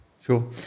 Sure